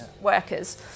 workers